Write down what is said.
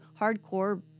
hardcore